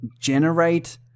generate